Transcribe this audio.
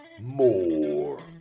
more